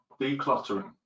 decluttering